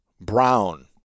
Brown